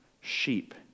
sheep